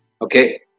Okay